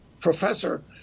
professor